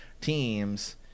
teams